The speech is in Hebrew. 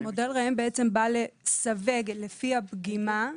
מודל ראם בא לסווג לפי הפגימה,